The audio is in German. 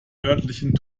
örtlichen